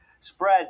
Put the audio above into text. spread